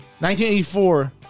1984